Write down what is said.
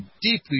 deeply